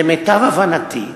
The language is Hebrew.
למיטב הבנתי,